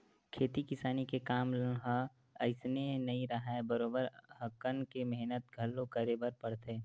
खेती किसानी के काम ह अइसने नइ राहय बरोबर हकन के मेहनत घलो करे बर परथे